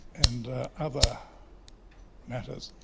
and other matters.